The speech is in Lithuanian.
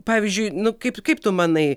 pavyzdžiui nu kaip kaip tu manai